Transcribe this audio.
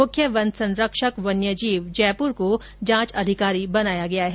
मुख्य वन संरक्षक वन्य जीव जयपुर को जांच अधिकारी बनाया गया है